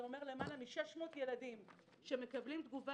זה אומר למעלה מ-600 ילדים שמקבלים תגובה